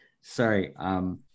Sorry